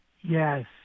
Yes